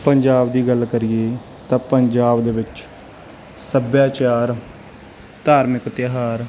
ਪੰਜਾਬ ਦੀ ਗੱਲ ਕਰੀਏ ਤਾਂ ਪੰਜਾਬ ਦੇ ਵਿੱਚ ਸੱਭਿਆਚਾਰ ਧਾਰਮਿਕ ਤਿਉਹਾਰ